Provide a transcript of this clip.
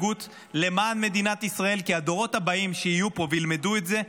-- למען מדינת ישראל כי הדורות הבאים שיהיו פה וילמדו את זה,